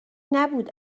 نبود